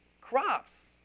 crops